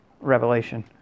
Revelation